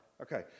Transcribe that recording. Okay